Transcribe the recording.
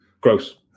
Gross